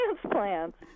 transplants